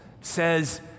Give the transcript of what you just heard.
says